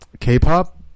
K-pop